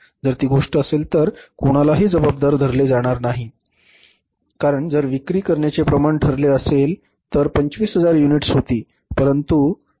जर ती गोष्ट असेल तर कोणालाही जबाबदार धरले जाणार नाही कारण जर विक्री करण्याचे प्रमाण ठरले असेल तर 25000 युनिट्स होती आणि आम्ही बाजारात 25000 युनिट्स पास करू शकू किंवा बाजारात 25000 युनिट्स विकू शकू